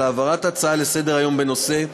על העברת הצעה לסדר-היום של חבר הכנסת מסעוד גנאים בנושא: